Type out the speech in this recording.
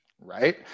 Right